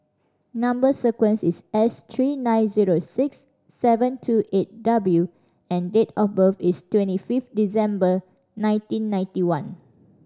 number sequence is S three nine zero six seven two eight W and date of birth is twenty fifth December nineteen ninety one